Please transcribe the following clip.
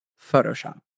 Photoshop